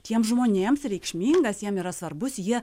tiems žmonėms reikšmingas jiem yra svarbus jie